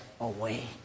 away